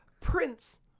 Prince